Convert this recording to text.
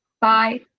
Bye